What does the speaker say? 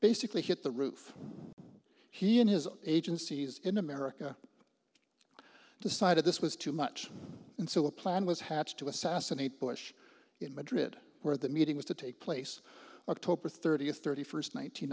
basically hit the roof he and his agencies in america decided this was too much and so a plan was hatched to assassinate bush in madrid where that meeting was to take place october thirtieth thirty first